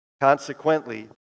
Consequently